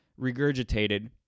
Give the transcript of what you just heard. regurgitated